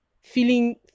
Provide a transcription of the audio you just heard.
feeling